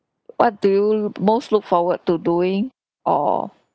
what do you look most look forward to doing or